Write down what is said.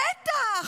בטח,